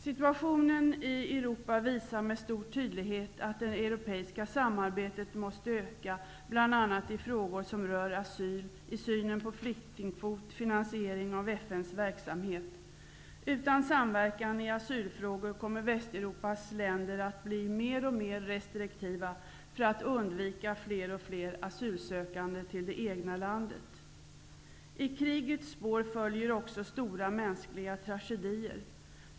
Situationen i Europa visar med stor tydlighet att det europeiska samarbetet måste öka, bl.a. i frågor som rör asyl, synen på flyktingkvot och fi nansiering av FN:s verksamhet. Utan samverkan i asylfrågor kommer Västeuropas länder att bli mer och mer restriktiva, för att undvika fler och fler asylsökande till det egna landet. I krigets spår följer också stora mänskliga tra gedier.